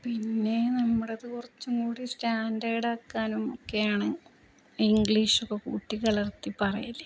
പിന്നെ നമ്മുടേതു കുറച്ചും കൂടി സ്റ്റാൻഡേർഡാക്കാനും ഒക്കെയാണ് ഇംഗ്ലീഷൊക്കെ കൂട്ടിക്കലർത്തി പറയല്